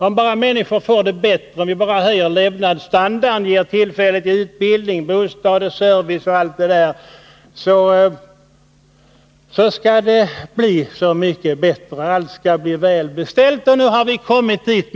Om bara människorna får det bättre, om vi bara höjer levnadsstandarden, ger människorna tillgång till utbildning, bostad och service osv. , så blir allt välbeställt. Människorna har fått det bättre och vi har höjt levnadsstandarden, men hur har det f. ö. blivit?